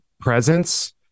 presence